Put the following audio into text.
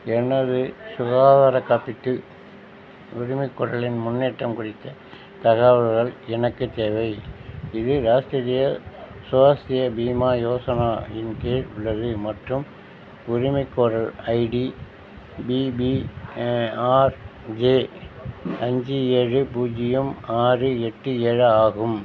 எனது சுகாதாரக் காப்பீட்டு உரிமைக் கோரலின் முன்னேற்றம் குறித்த தகவல்கள் எனக்கு தேவை இது ராஷ்டிரிய ஸ்வாஸ்திய பீமா யோசனா இன் கீழ் உள்ளது மற்றும் உரிமைக் கோரல் ஐடி பிபி ஆர்ஜே அஞ்சு ஏழு பூஜ்ஜியம் ஆறு எட்டு ஏழு ஆகும்